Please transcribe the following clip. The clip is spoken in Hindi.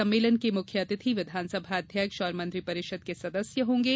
सम्मेलन के मुख्य अतिथि विधानसभा अध्यक्ष और मंत्रि परिषद के सदस्य होंगे